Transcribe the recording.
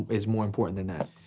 is more important than that.